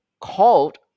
called